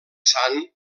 sant